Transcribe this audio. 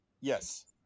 Yes